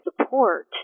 support